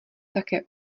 také